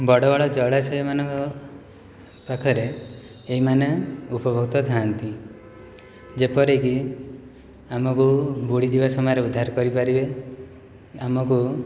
ବଡ଼ ବଡ଼ ଜଳାଶୟମାନଙ୍କ ପାଖରେ ଏହିମାନେ ଉପଭୋକ୍ତା ଥାଆନ୍ତି ଯେପରି କି ଆମକୁ ବୁଡ଼ିଯିବା ସମୟରେ ଉଦ୍ଧାର କରିପାରିବେ ଆମକୁ